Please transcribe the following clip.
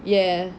ya